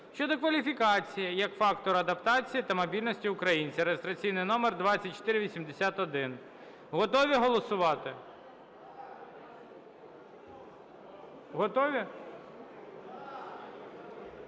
щодо кваліфікації, як фактору адаптації та мобільності українця (реєстраційний номер 2481). Готові голосувати? Готові?